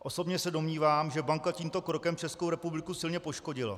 Osobně se domnívám, že banka tímto krokem Českou republiku silně poškodila.